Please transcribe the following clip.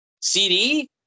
CD